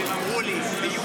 שהם אמרו לי ביוני,